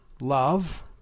love